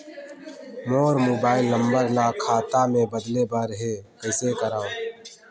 मोर mobile number ल खाता मे बदले बर हे कइसे करव?